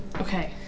Okay